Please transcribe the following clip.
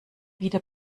wieder